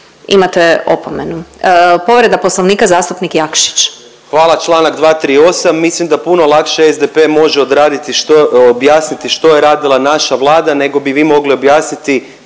Imate opomenu. Povreda Poslovnika zastupnik Jakšić. **Jakšić, Mišel (SDP)** Hvala. Članak 238. mislim da puno lakše SDP može odraditi, objasniti što je radila naša Vlada, nego bi vi mogli objasniti